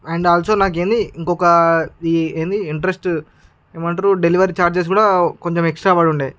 and also నాకు ఇంకొక అది ఏందీ ఇంటరెస్ట్ ఏమంటారు డెలివరీ ఛార్జెస్ కూడా కొంచం ఎక్సట్రా పడి ఉండే